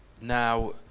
now